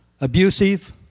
abusive